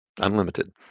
unlimited